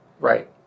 right